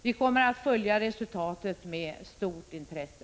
Vi kommer att följa resultatet med stort intresse.